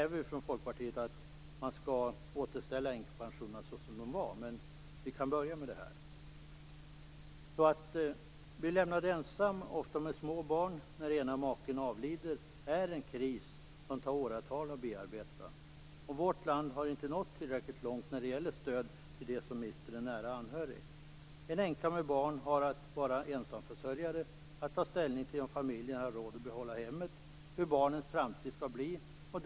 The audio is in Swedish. Vi från Folkpartiet kräver att man skall återställa änkepensionerna som de var, men vi kan börja med det här. Att bli lämnad ensam, ofta med små barn, när maken avlider är en kris som tar åratal att bearbeta. Vårt land har inte nått tillräckligt långt när det gäller stöd till dem som mister en nära anhörig. En änka med barn blir ensamförsörjare, skall ta ställning till om familjen har råd att behålla hemmet och måste fundera över hur barnens framtid skall bli.